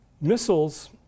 missiles